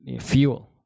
fuel